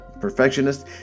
perfectionist